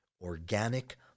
organic